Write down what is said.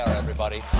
everybody.